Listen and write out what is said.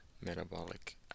metabolic